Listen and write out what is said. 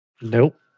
Nope